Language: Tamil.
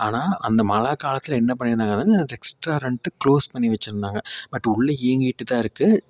ஆனால் அந்த மழைக் காலத்தில் என்ன பண்ணியிருந்தாங்கன்னா ரெக்ஸ்ட்டாரண்டு க்ளோஸ் பண்ணி வச்சுருந்தாங்க பட் உள்ளே இயங்கிகிட்டு தான் இருக்கு